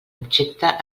objecte